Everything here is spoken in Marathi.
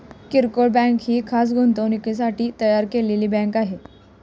किरकोळ बँक ही खास गुंतवणुकीसाठी तयार केलेली बँक आहे